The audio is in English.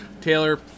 Taylor